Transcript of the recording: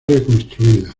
reconstruida